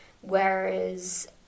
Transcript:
whereas